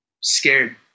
scared